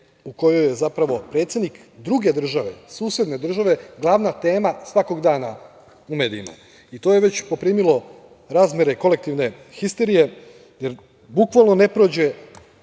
u kojoj je zapravo predsednik druge države, susedne države glavna tema svakog dana u medijima i to je već poprimilo razmere kolektivne histerije, jer bukvalno ne prođe